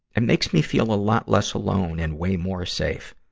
it makes me feel a lot less alone and way more safe,